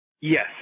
Yes